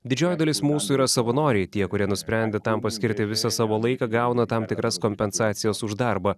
didžioji dalis mūsų yra savanoriai tie kurie nusprendė tam paskirti visą savo laiką gauna tam tikras kompensacijas už darbą